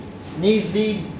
Sneezy